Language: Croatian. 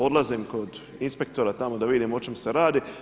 Odlazim kod inspektora tamo da vidim o čemu se radi.